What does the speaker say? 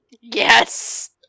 Yes